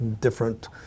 different